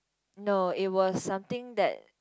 no it was something that